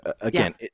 again